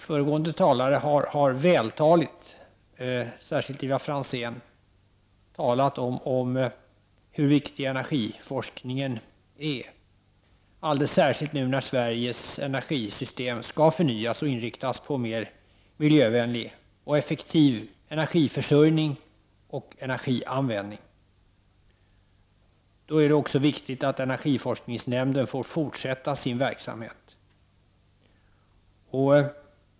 Föregående talare, särskilt Ivar Franzén, har vältaligt beskrivit hur viktig energiforskningen är, alldeles särskilt nu när Sveriges energisystem skall förnyas och inriktas på mer miljövänlig och effektiv energiförsörjning och energianvändning. Då är det också viktigt att energiforskningsnämnden får fortsätta sin verksamhet.